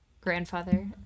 Grandfather